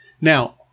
Now